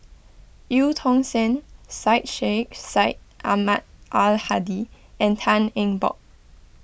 Eu Tong Sen Syed Sheikh Syed Ahmad Al Hadi and Tan Eng Bock